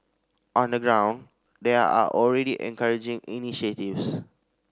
on the ground there are already encouraging initiatives